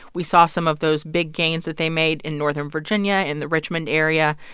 we saw some of those big gains that they made in northern virginia, in the richmond area.